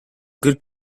good